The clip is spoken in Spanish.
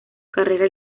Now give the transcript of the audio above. carrera